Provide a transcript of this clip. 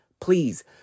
please